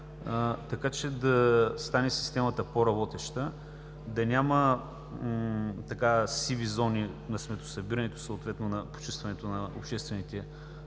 така че системата да стане по-работеща, да няма сиви зони на сметосъбирането, съответно на почистването на обществените